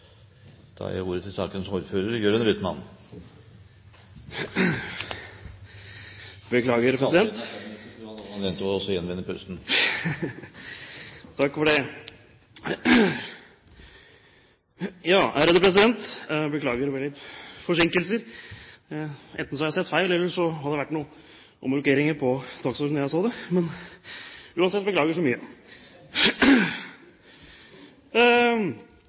gjenvinne pusten. Takk for det. Beklager at det ble litt forsinkelser. Enten har jeg sett feil, eller så har det vært noen omrokeringer på dagsordenen siden jeg så den. Uansett, beklager så mye.